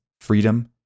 freedom